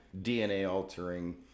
DNA-altering